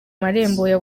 murenge